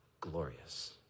glorious